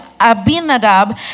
Abinadab